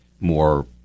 more